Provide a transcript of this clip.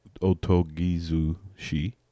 Otogizushi